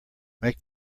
make